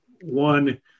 one